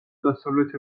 დასავლეთ